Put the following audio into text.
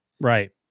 Right